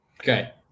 Okay